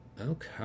Okay